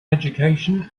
education